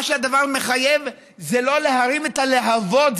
מה שהדבר מחייב זה לא להרים את הלהבות,